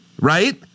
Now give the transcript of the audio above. right